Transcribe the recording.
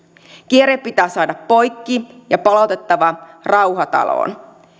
kierre pitää saada poikki ja on palautettava rauha taloon